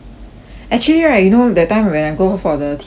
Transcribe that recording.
actually right you know that time when I go for the T_C_M right